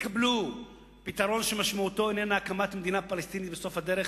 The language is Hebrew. יקבלו פתרון שמשמעותו איננה הקמה של מדינה פלסטינית בסוף הדרך,